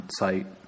site